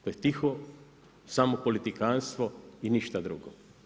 To je tiho samo politikantstvo i ništa drugo.